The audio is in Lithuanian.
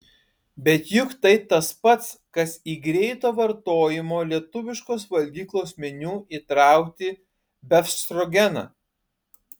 bet juk tai tas pats kas į greito vartojimo lietuviškos valgyklos meniu įtraukti befstrogeną